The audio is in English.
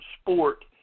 sport